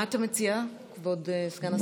מה אתה מציע, כבוד סגן השרה?